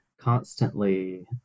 constantly